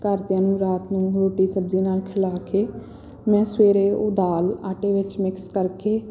ਘਰਦਿਆਂ ਨੂੰ ਰਾਤ ਨੂੰ ਰੋਟੀ ਸਬਜ਼ੀ ਨਾਲ ਖਿਲਾ ਕੇ ਮੈਂ ਸਵੇਰੇ ਉਹ ਦਾਲ ਆਟੇ ਵਿੱਚ ਮਿਕਸ ਕਰਕੇ